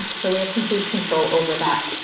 so we have complete control over that.